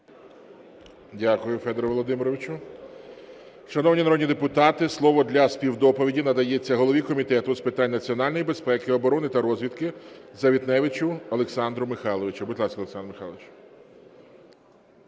Дякую, Федоре Володимировичу. Шановні народні депутати, слово для співдоповіді надається голові Комітету з питань національної безпеки, оброни та розвідки Завітневичу Олександру Михайловичу. Будь ласка, Олександр Михайлович.